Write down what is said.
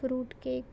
fruit cake